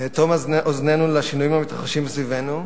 נאטום אוזנינו לשינויים המתרחשים סביבנו,